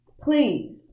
Please